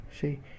see